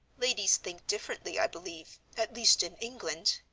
ladies think differently, i believe, at least in england.